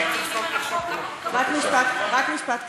רק משפט קצר,